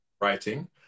writing